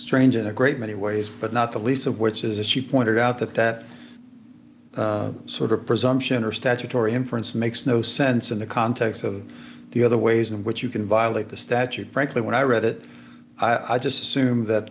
strange in a great many ways but not the least of which is as you pointed out that sort of presumption or statutory inference makes no sense in the context of the other ways in which you can violate the statute frankly when i read it i just assume that